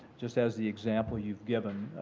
just as the example you've given,